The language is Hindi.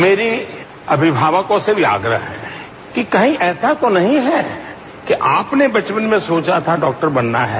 मेरा अभिभावकों से भी आग्रह है कि कही ऐसा तो नहीं है कि आपने बचपन में सोचा था डॉक्टर बनना है